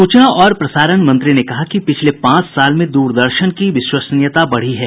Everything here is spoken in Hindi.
सूचना और प्रसारण मंत्री ने कहा कि पिछले पांच साल में दूरदर्शन की विश्वसनीयता बढ़ी है